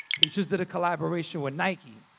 he just did a collaboration with nike